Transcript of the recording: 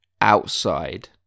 outside